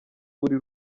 buri